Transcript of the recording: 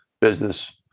business